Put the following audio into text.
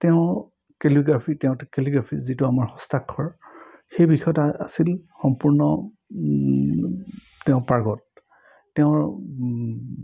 তেওঁ কেলিগ্ৰাফী তেওঁ কেলিগ্ৰাফি যিটো আমাৰ হস্তাক্ষৰ সেই বিষয়ত আছিল সম্পূৰ্ণ তেওঁ পাৰ্গত তেওঁৰ